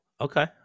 Okay